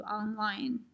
online